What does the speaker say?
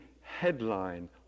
headline